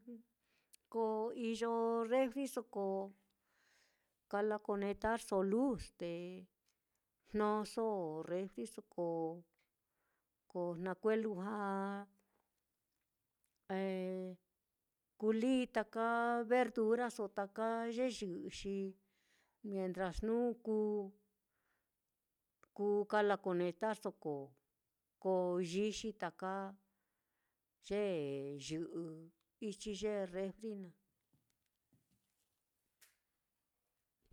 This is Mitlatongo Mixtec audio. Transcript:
Ko iyo refriso ko kala conectarso luz te jnoso refriso ko ko na kue'e lujua kulii taka verduraso taka ye yɨ'ɨ, xi mientras jnu kú kú kala conectarso ko ko yixi taka ye yɨ'ɨ ichi refri naá.